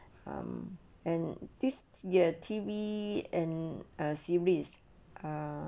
um and this ya T_V and a series